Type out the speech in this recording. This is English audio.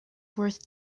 worth